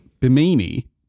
Bimini